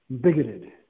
bigoted